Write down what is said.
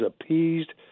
appeased